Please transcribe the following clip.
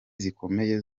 zikomeye